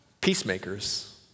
peacemakers